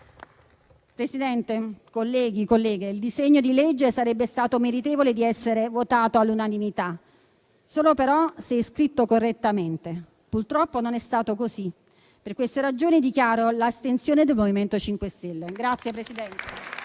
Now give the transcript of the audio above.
Presidente, colleghi e colleghe, il disegno di legge sarebbe stato meritevole di essere approvato all'unanimità, ma solo se scritto correttamente. Purtroppo non è stato così e per queste ragioni dichiaro l'astensione del MoVimento 5 Stelle.